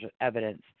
evidence